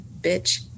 bitch